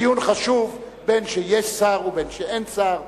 הדיון חשוב, בין שיש שר ובין שאין שר.